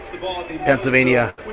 Pennsylvania